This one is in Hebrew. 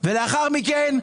לאחר מכן,